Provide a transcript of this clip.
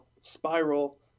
spiral